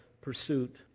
pursuit